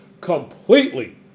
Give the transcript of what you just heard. completely